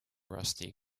rusty